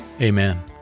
Amen